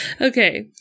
okay